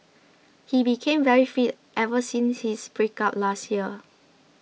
he became very fit ever since his breakup last year